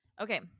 Okay